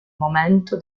momento